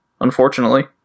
unfortunately